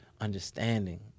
understanding